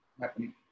happening